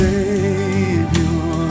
Savior